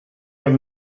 have